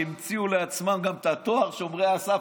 שהמציאו לעצמם את התואר שומרי הסף,